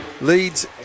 leads